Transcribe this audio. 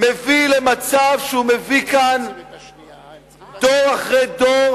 מביא למצב שהוא מביא כאן דור אחרי דור